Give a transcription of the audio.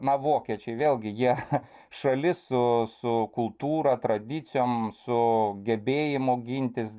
na vokiečiai vėlgi jie šalis su su kultūra tradicijom su gebėjimu gintis